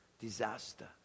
Disaster